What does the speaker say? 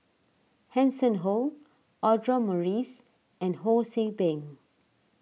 Hanson Ho Audra Morrice and Ho See Beng